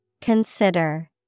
Consider